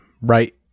right